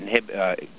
inhibit